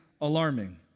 alarming